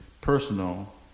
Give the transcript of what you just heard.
personal